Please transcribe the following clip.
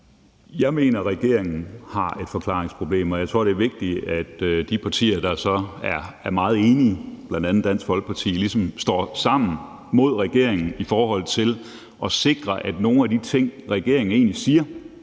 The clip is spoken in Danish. Jeg mener, regeringen har et forklaringsproblem, og jeg tror, det er vigtigt, at de partier, der så er meget enige, bl.a. Dansk Folkeparti, ligesom står sammen mod regeringen for at sikre, at nogle af de ting – rigtige ting – regeringen egentlig siger